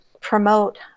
promote